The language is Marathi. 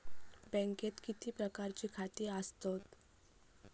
बँकेत किती प्रकारची खाती आसतात?